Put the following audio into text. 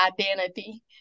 identity